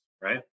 Right